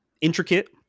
intricate